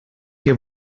que